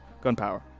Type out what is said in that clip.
gunpower